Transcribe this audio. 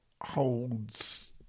holds